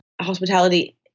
Hospitality